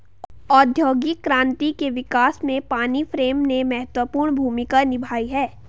औद्योगिक क्रांति के विकास में पानी फ्रेम ने महत्वपूर्ण भूमिका निभाई है